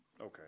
Okay